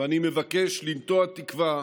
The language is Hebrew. ואני מבקש לנטוע תקווה